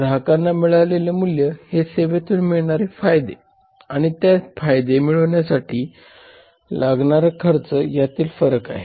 ग्राहकाला मिळालेले मूल्य हे सेवेतून मिळणारे फायदे आणि ते फायदे मिळवण्यासाठी लागणारा खर्च यातील फरक आहे